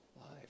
life